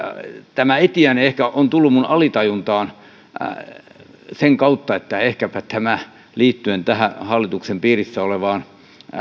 tämä etiäinen on tullut minun alitajuntaani ehkä sen ajatuksen kautta että liittyen tähän hallituksen piirissä olevaan